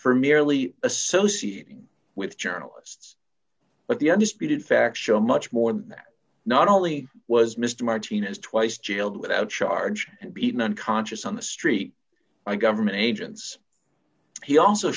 for merely associating with journalists but the undisputed facts show much more that not only was mr martinez twice jailed without charge and beaten unconscious on the street by government agents he also